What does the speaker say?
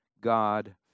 God